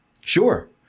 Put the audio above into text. Sure